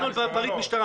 כל תהליך עם המשטרה.